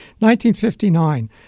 1959